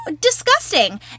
Disgusting